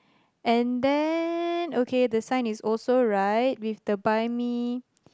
and then okay the sign is also right with the buy me